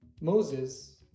Moses